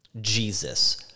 Jesus